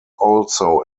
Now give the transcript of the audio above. also